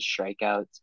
strikeouts